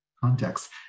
context